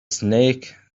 snake